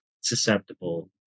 susceptible